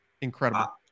incredible